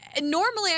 normally